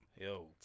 Yo